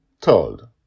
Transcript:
Told